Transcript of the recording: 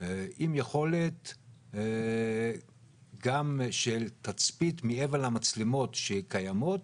עם יכולת גם של תצפית מעבר למצלמות שקיימות,